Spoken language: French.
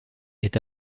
est